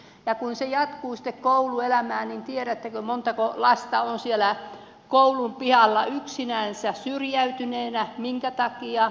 ja kun se jatkuu sitten kouluelämään niin tiedättekö montako lasta on siellä koulun pihalla yksinänsä syrjäytyneenä minkä takia